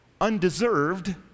undeserved